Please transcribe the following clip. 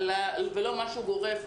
לא משהו גורף.